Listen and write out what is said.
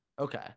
okay